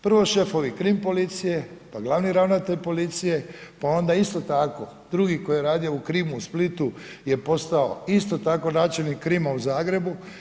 Prvo šefovi krim policije, pa glavni ravnatelj policije, pa onda isto tako drugi koji je radio u krimu u Splitu je postao isto tako načelnik krima u Zagrebu.